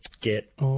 get